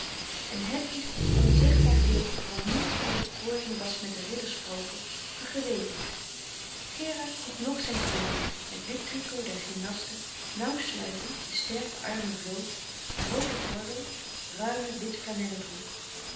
en hedwig was onzegbaar gelukkig want niets van de bekoring was met de ridder sproke geweken gerard droeg nog zijn kleuren het wit tricot der gymnasten nauwsluitend de sterke armen bloot roode gordel ruime wit flanellen broek